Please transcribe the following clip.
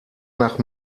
nach